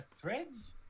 Threads